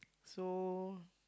so